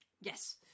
Yes